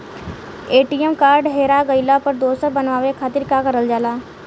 ATM card हेरा गइल पर दोसर बनवावे खातिर का करल जाला?